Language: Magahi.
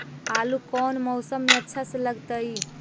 आलू कौन मौसम में अच्छा से लगतैई?